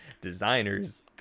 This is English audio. designers